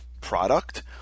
product